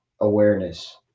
awareness